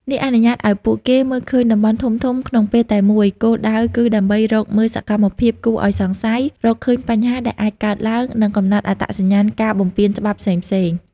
នេះអនុញ្ញាតឱ្យពួកគេមើលឃើញតំបន់ធំៗក្នុងពេលតែមួយ គោលដៅគឺដើម្បី រកមើលសកម្មភាពគួរឱ្យសង្ស័យ រកឃើញបញ្ហាដែលអាចកើតឡើង និងកំណត់អត្តសញ្ញាណការបំពានច្បាប់ផ្សេងៗ